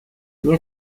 nie